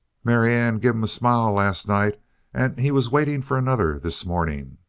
marianne give him a smile last night and he was waiting for another this morning.